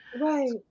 Right